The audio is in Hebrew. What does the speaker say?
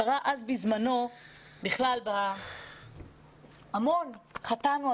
קרה אז בזמנו בכלל המון חטאנו,